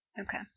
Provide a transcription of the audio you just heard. okay